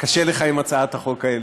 קשה לך עם הצעת החוק הזאת.